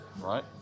right